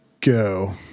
go